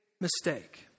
mistake